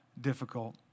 difficult